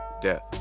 Death